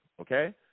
okay